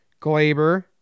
Glaber